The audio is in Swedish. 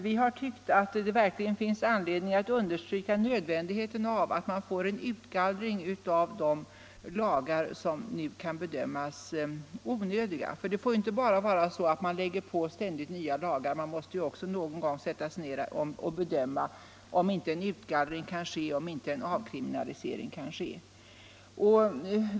Vi har därför velat understryka nödvändigheten av att få till stånd en utgallring av de lagar som nu kan bedömas onödiga. Det skall inte vara så att man ständigt bara lägger till nya lagar. Man måste också någon gång sätta sig ner och bedöma om inte en utgallring och avkriminalisering kan ske.